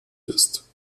ist